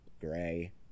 gray